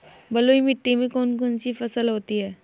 बलुई मिट्टी में कौन कौन सी फसल होती हैं?